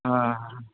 ಹಾಂ ಆ ಹಾಂ ಹಾಂ